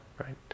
Right